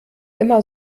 immer